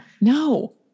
no